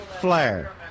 Flare